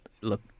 look